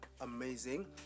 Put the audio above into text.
amazing